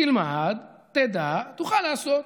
תלמד, תדע, תוכל לעשות.